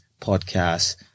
podcast